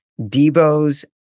Debo's